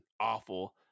awful